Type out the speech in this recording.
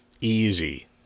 Easy